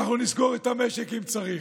ואנחנו נסגור את המשק אם צריך.